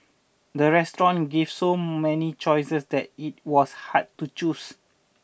the restaurant gave so many choices that it was hard to choose